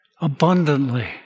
abundantly